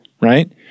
Right